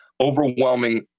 overwhelming